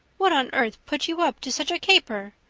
what on earth put you up to such a caper?